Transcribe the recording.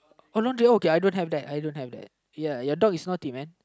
oh lingerie okay I don't have that I don't have that ya your dog is naughty man